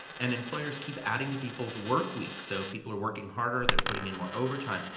and employers keep adding to people's work weeks. so people are working harder, they're putting in more overtime.